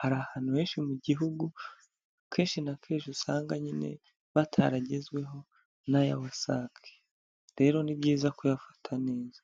hari ahantu henshi mu gihugu akenshi na kenshi usanga nyine bataragezweho n'aya WASAC, rero ni byiza kuyafata neza.